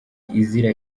izira